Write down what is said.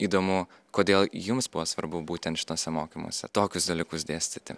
įdomu kodėl jums buvo svarbu būtent šituose mokymuose tokius dalykus dėstyti